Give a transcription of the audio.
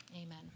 Amen